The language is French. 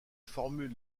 formules